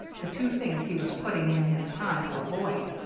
the two things he was putting in his time to avoid